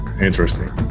Interesting